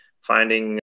finding